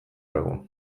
egun